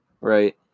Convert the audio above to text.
right